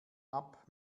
app